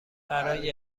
برای